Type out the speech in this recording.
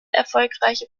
erfolgreiche